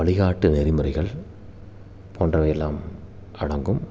வழிகாட்டு நெறிமுறைகள் போன்றவையெல்லாம் அடங்கும்